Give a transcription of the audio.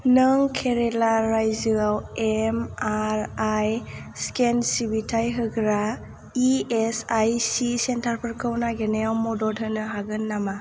नों केरेला रायजोआव MRI scan सिबिथाय होग्रा इएसआइसि सेन्टारफोरखौ नागिरनायाव मदद होनो हागोन नामा